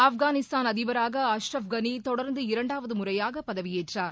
ஆப்கானிஸ்தான் அதிபராக அஷ்ரஃப் கனிதொடர்ந்து இரண்டாவதுமுறையாகபதவியேற்றார்